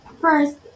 First